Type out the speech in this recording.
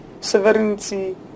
sovereignty